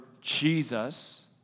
Jesus